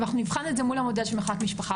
ונבחן את זה מול המודל של מחלק משפחה,